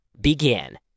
Begin